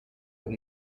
con